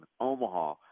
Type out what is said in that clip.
Omaha